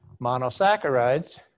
monosaccharides